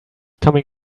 coming